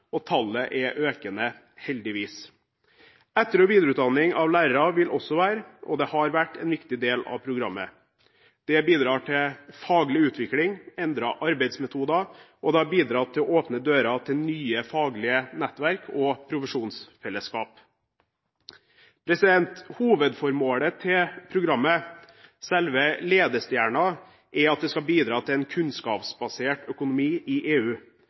og tallet er økende – heldigvis. Etter- og videreutdanning av lærere har vært og vil også være en viktig del av programmet. Det bidrar til faglig utvikling, endrede arbeidsmetoder, og det har bidratt til å åpne dører til nye faglige nettverk og profesjonsfellesskap. Hovedformålet til programmet, selve ledestjernen, er at det skal bidra til en kunnskapsbasert økonomi i EU,